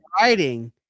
writing